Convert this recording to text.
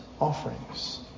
offerings